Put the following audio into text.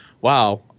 wow